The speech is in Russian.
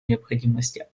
необходимости